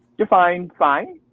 define fine.